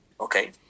okay